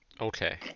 Okay